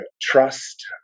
trust